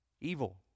Evil